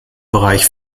bereich